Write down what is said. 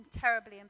terribly